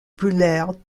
brûlèrent